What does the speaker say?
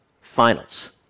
Finals